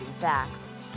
facts